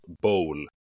bowl